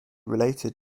related